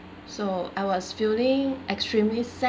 so I was feeling extremely sad